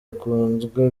akunzwe